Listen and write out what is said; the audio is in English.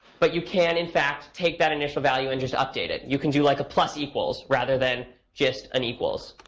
but you can, in fact, take that initial value and just update it. you can do like a plus equals, rather than just an equals.